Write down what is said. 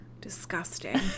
Disgusting